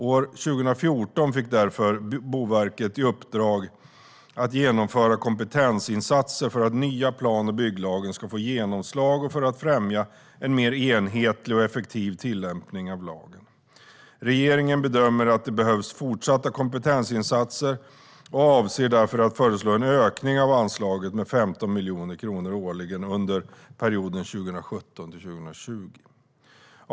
År 2014 fick därför Boverket i uppdrag att genomföra kompetensinsatser för att nya plan och bygglagen ska få genomslag och för att främja en mer enhetlig och effektiv tillämpning av lagen. Regeringen bedömer att det behövs fortsatta kompetensinsatser och avser därför att föreslå en ökning av anslaget med 15 miljoner kronor årligen under perioden 2017-2020.